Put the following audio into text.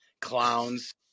clowns